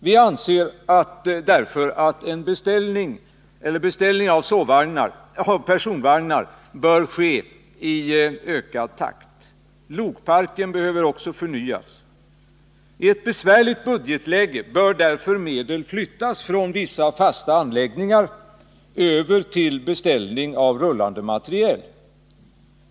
Vi anser därför att beställning av personvagnar bör ske i ökad takt. Också lokparken behöver förnyas. I ett besvärligt budgetläge bör därför medel flyttas från vissa fasta anläggningar över till beställning av rullande materiel.